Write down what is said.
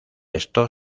esto